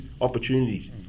opportunities